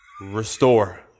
restore